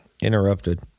interrupted